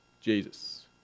Jesus